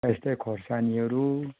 यस्तै खोर्सानीहरू